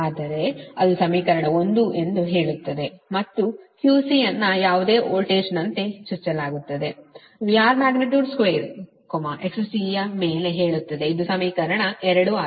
ಆದರೆ ಅದು ಸಮೀಕರಣ 1 ಎಂದು ಹೇಳುತ್ತದೆ ಮತ್ತು ಅದು QCಯನ್ನು ಯಾವುದೇ ವೋಲ್ಟೇಜ್ನಂತೆ ಚುಚ್ಚಲಾಗುತ್ತದೆ VR2 XC ಯ ಮೇಲೆ ಹೇಳುತ್ತದೆ ಇದು ಸಮೀಕರಣ 2 ಆಗಿದೆ